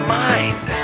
mind